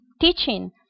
teaching